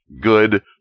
good